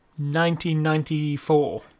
1994